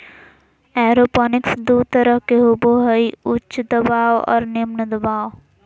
aeroponics दू तरह के होबो हइ उच्च दबाव और निम्न दबाव